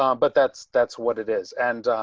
um but that's that's what it is and